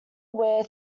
where